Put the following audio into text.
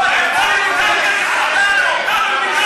לוועדה שתקבע ועדת